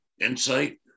insight